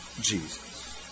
Jesus